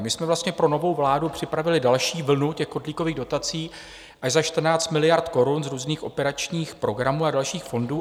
My jsme vlastně pro novou vládu připravili další vlnu těch kotlíkových dotací až za 14 miliard korun z různých operačních programů a dalších fondů.